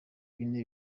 bine